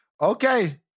Okay